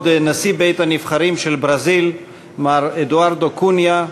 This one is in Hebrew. נשיא בית-הנבחרים של ברזיל מר אדוארדו קוניה,